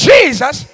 Jesus